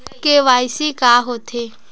KYC का होथे?